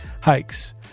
hikes